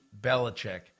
Belichick